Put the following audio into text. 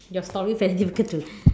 your story very difficult to